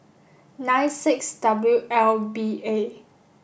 nine six W L B A